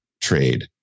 trade